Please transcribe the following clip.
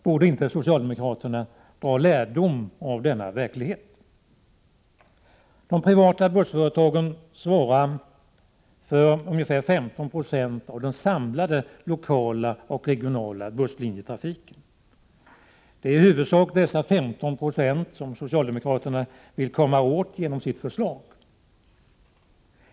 Borde inte socialdemokraterna dra lärdom av denna verklighet? De privata bussföretagen svarar för ungefär 15 96 av den samlade lokala och regionala busslinjetrafiken. Det är i huvudsak dessa 15 90 som socialdemokraterna vill komma åt genom sitt förslag.